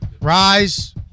Rise